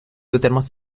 totalement